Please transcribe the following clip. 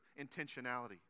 intentionality